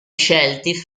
scelti